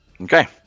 Okay